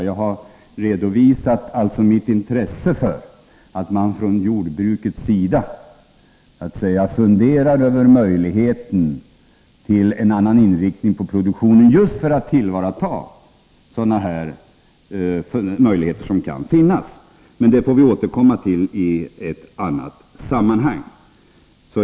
Jag har redovisat mitt intresse för att man från jordbrukets sida funderar över möjligheterna till en annan inriktning av produktionen just för att tillvarata sådana möjligheter som kan finnas. Vi får återkomma till detta i annat sammanhang.